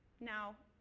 now,